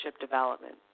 development